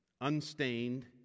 unstained